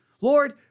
Lord